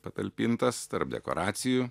patalpintas tarp dekoracijų